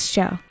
Show